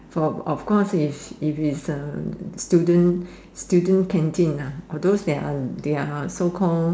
for of course is if is uh student student canteen uh for those that are so called